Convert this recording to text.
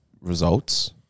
results